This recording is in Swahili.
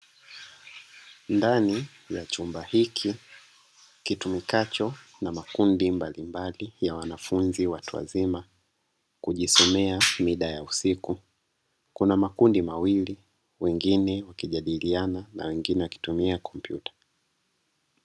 Ndani ya chumba hiki kitumikacho na makundi mbalimbali ya wanafunzi watu wazima, kujisomea mida ya usiku. Kuna makundi mawili, wengine wakijadiliana na wengine wakitumia kompyuta.